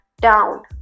down